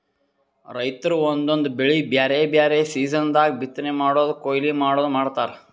ರೈತರ್ ಒಂದೊಂದ್ ಬೆಳಿ ಬ್ಯಾರೆ ಬ್ಯಾರೆ ಸೀಸನ್ ದಾಗ್ ಬಿತ್ತನೆ ಮಾಡದು ಕೊಯ್ಲಿ ಮಾಡದು ಮಾಡ್ತಾರ್